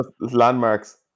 landmarks